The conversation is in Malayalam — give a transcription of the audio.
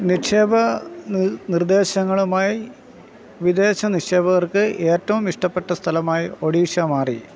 നിക്ഷേപ ന് നിർദ്ദേശങ്ങളുമായി വിദേശ നിക്ഷേപകർക്ക് ഏറ്റവും ഇഷ്ടപ്പെട്ട സ്ഥലമായി ഒഡീഷ മാറി